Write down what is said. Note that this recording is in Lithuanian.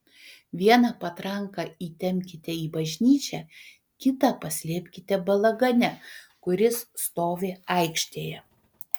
vieną patranką įtempkite į bažnyčią kitą paslėpkite balagane kuris stovi aikštėje